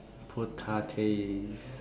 potatoes